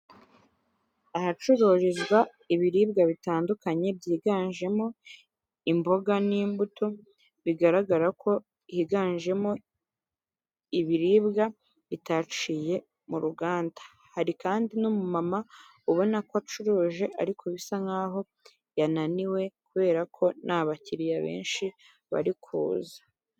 ahacururizwa ibiribwa bitandukanye byiganjemo imboga n'imbuto, bigaragara ko higanjemo ibiribwa bitaciye mu ruganda hari kandi nu umama ubona ko acuruje ariko bisa nk'aho yananiwe kubera ko nta bakiriya benshi bari kuza.